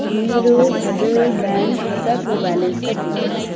मेरो फेडरल ब्याङ्क खाताको ब्यालेन्स कति छ